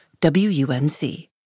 WUNC